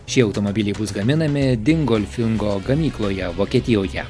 šie automobiliai bus gaminami dingolfingo gamykloje vokietijoje